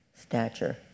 stature